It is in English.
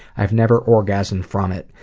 i've never orgasmed from it.